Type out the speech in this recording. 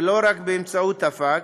ולא רק באמצעות הפקס,